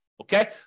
Okay